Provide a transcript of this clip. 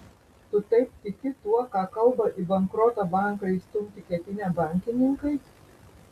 tu taip tiki tuo ką kalba į bankrotą banką įstumti ketinę bankininkai